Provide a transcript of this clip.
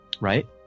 Right